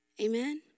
Amen